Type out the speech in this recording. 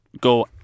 go